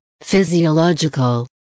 physiological